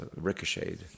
ricocheted